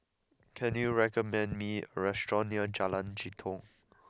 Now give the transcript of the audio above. can you recommend me a restaurant near Jalan Jitong